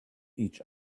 each